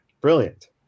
brilliant